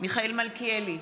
מיכאל מלכיאלי,